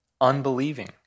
Unbelieving